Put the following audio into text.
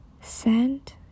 Send